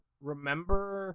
remember